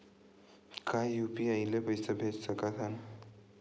का यू.पी.आई ले पईसा भेज सकत हन?